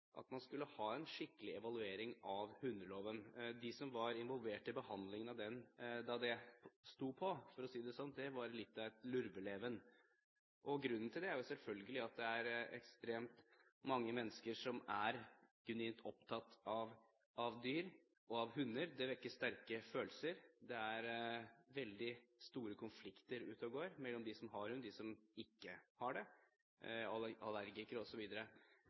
at man skulle ha en skikkelig evaluering av hundeloven. For dem som var involvert i behandlingen av den da det sto på – for å si det slik – var det litt av et lurveleven. Grunnen til det er at det selvfølgelig er ekstremt mange mennesker som er genuint opptatt av dyr og av hunder – de vekker sterke følelser. Det er veldig store konflikter ute og går mellom de som har hund og de som ikke har det,